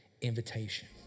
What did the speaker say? invitation